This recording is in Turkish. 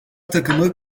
takımı